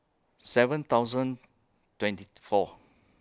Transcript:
seven thousand twenty four